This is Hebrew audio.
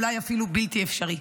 אולי אפילו בלתי אפשרי.